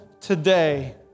today